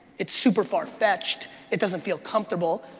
it's super far-fetched, it doesn't feel comfortable,